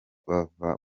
bava